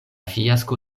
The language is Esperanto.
fiasko